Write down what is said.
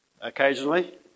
occasionally